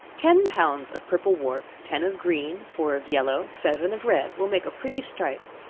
ten pounds of purple warp, ten of green, four of yellow, seven of red, will make a pretty stripe,